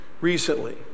recently